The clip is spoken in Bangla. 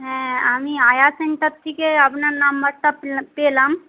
হ্যাঁ আমি আয়া সেন্টার থেকে আপনার নাম্বারটা পেলাম